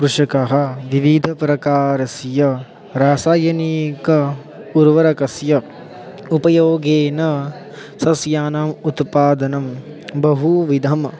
कृषकः विविधप्रकारस्य रासायनीक उर्वरकस्य उपयोगेन सस्यानाम् उत्पादनं बहु विधम्